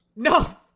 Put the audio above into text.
No